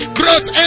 growth